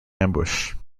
ambush